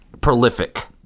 Prolific